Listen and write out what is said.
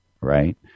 Right